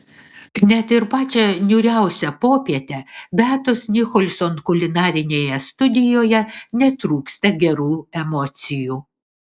net ir pačią niūriausią popietę beatos nicholson kulinarinėje studijoje netrūksta gerų emocijų